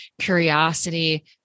curiosity